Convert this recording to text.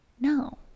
no